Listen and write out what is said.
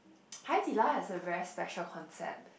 Haidilao has a very special concept